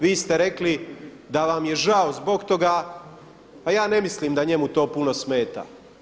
Vi ste rekli da vam je žao zbog toga, a ja ne mislim da to njemu puno smeta.